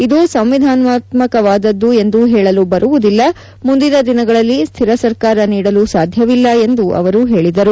ಇದು ಸಂವಿಧಾನಾತ್ಮಕವಾದದ್ದು ಎಂದು ಹೇಳಲು ಬರುವುದಿಲ್ಲ ಮುಂದಿನ ದಿನಗಳಲ್ಲಿ ಸ್ವಿರ ಸರ್ಕಾರ ನೀಡಲು ಸಾಧ್ಯವಿಲ್ಲ ಎಂದು ಹೇಳಿದರು